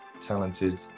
talented